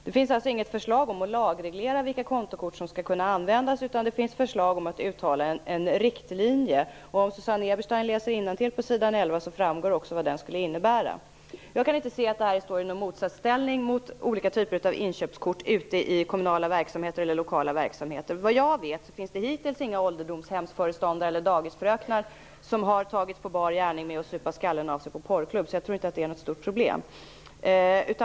Det finns alltså inget förslag om att lagreglera vilka kontokort som skall kunna användas, utan det finns förslag om att uttala en riktlinje, och om Susanne Eberstein läser innantill på s. 11 ser hon också att det där framgår vad den skulle innebära. Jag kan inte se att detta står i någon motsatsställning mot olika typer av inköpskort ute i kommunala eller lokala verksamheter. Vad jag vet har hittills inga ålderdomshemsföreståndare eller dagisfröknar tagits på bar gärning med att supa skallen av sig på porrklubb, så jag tror inte att det är något stort problem.